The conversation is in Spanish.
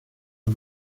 los